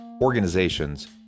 organizations